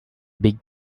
big